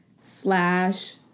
slash